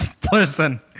person